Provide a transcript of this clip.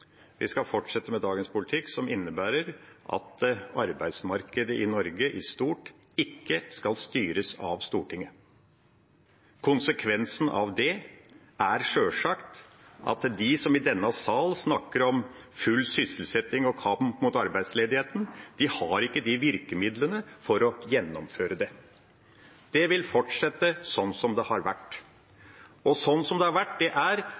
som innebærer at arbeidsmarkedet i Norge i stort ikke skal styres av Stortinget. Konsekvensen av det er sjølsagt at de som i denne sal snakker om full sysselsetting og kamp mot arbeidsledigheten, ikke har virkemidlene for å gjennomføre det. Det vil fortsette sånn som det har vært. Og sånn som det har vært, er at i noen yrker er